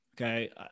Okay